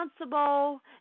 responsible